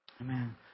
Amen